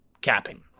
capping